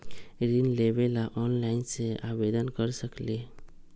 ऋण लेवे ला ऑनलाइन से आवेदन कर सकली?